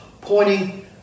pointing